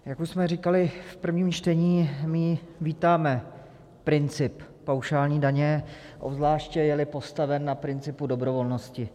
Jak už jsme říkali v prvním čtení, my vítáme princip paušální daně, obzvláště jeli postaven na principu dobrovolnosti.